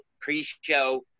pre-show